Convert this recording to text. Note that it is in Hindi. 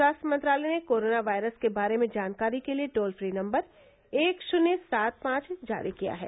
स्वास्थ्य मंत्रालय ने कोरोना वायरस के बारे में जानकारी के लिए टोल फ्री नम्बर एक शुन्य सात पांच जारी किया है